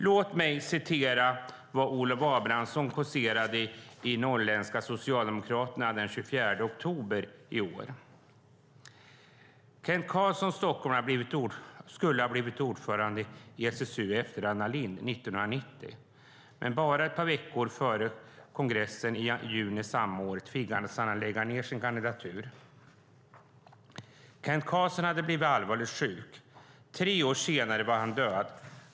Låt mig citera vad Olov Abrahamsson kåserade i Norrländska Socialdemokraten den 24 oktober i år: Kent Carlsson från Stockholm skulle ha blivit ordförande i SSU efter Anna Lindh 1990, men bara ett par veckor före kongressen i juni samma år tvingades han lägga ned sin kandidatur. Kent Carlsson hade blivit allvarligt sjuk. Tre år senare var han död.